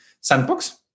sandbox